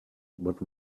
but